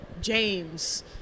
James